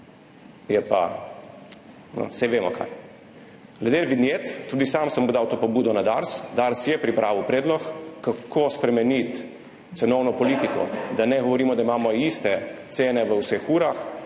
no, saj vemo, kaj. Glede vinjet. Tudi sam sem dal to pobudo na Dars. Dars je pripravil predlog, kako spremeniti cenovno politiko. Da ne govorimo, da imamo iste cene ob vseh urah.